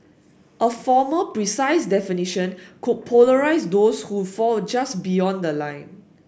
a formal precise definition could polarise those who fall just beyond the line